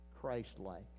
Christ-like